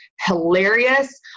hilarious